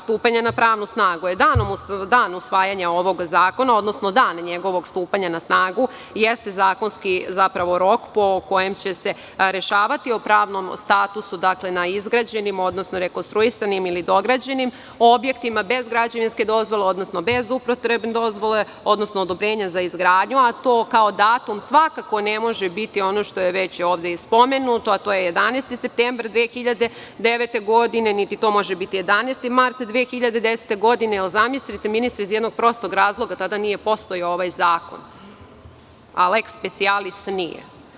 Stupanje na pravnu snagu je dan usvajanja ovog zakona, odnosno dan njegovog stupanja na snagu, jeste zakonski rok po kojem će se rešavati o pravnom statusu na izgrađenim, odnosno rekonstruisanim ili dograđenim objektima bez građevinske dozvole, odnosno bez upotrebne dozvole, odnosno odobrenja za izgradnju, a to kao datum svakako ne može biti ono što je već ovde i spomenuto, a to je 11. septembar 2009. godine, niti to može biti 11. mart 2010. godine, zamislite ministre iz jednog prostog razloga, tada nije postojao ovaj zakon, a leks specijalis nije.